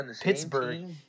Pittsburgh